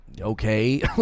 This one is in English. okay